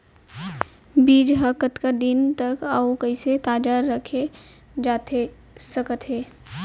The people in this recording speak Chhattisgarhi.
बीज ह कतका दिन तक अऊ कइसे ताजा रखे जाथे सकत हे?